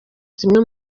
zimwe